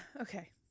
Okay